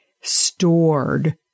stored